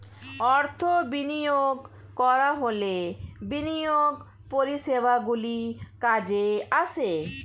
অর্থ বিনিয়োগ করা হলে বিনিয়োগ পরিষেবাগুলি কাজে আসে